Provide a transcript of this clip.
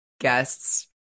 guests